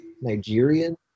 Nigerian